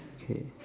okay